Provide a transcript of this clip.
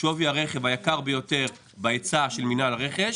שווי הרכב היקר ביותר בהיצע של מנהל הרכב,